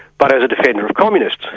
but as a defender of communists.